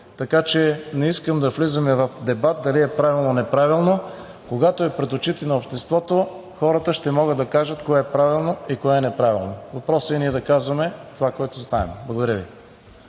така че не искам да влизаме в дебат дали е правилно или неправилно. Когато е пред очите на обществото, хората ще могат да кажат кое е правилно и кое е неправилно. Въпросът е ние да казваме това, което знаем. Благодаря Ви.